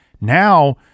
Now